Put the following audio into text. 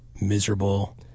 miserable